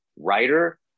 writer